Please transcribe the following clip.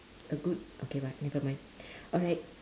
a good okay but nevermind alright